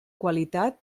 qualitat